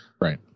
Right